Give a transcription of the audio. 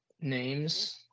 names